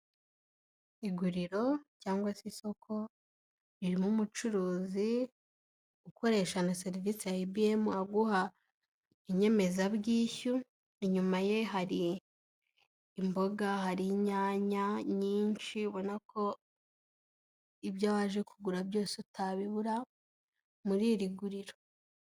Iguriro cyangwa se isoko, ririmo umucuruzi ukoresha na serivisi ya IBM, aguha inyemezabwishyu, inyuma ye hari imboga, hari inyanya nyinshi, ubona ko ibyo waje kugura byose utabibura muri iri guriro.